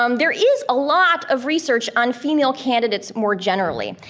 um there is a lot of research on female candidates more generally.